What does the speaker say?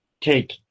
Take